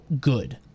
good